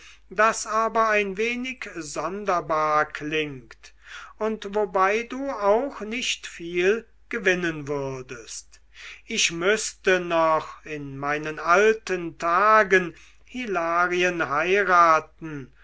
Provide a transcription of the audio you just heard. das aber ein wenig sonderbar klingt und wobei du auch nicht viel gewinnen würdest ich müßte noch in meinen alten tagen hilarien heiraten